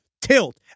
tilt